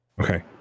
okay